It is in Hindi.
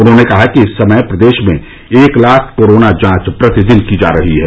उन्होंने कहा कि इस समय प्रदेश में एक लाख कोरोना जांच प्रतिदिन की जा रही है